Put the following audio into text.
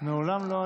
מעולם לא היו,